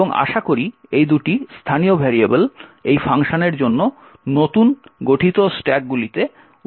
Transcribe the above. এবং আমরা আশা করি এই দুটি স্থানীয় ভেরিয়েবল এই ফাংশনের জন্য নতুন গঠিত স্ট্যাকগুলিতে উপস্থিত থাকবে